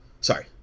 Sorry